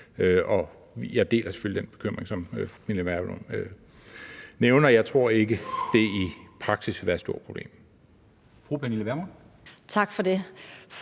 jeg deler selvfølgelig den bekymring, som fru Pernille Vermund nævner. Jeg tror ikke, det i praksis vil være et stort problem.